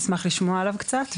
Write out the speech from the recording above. נשמח לשמוע עליו קצת,